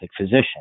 physician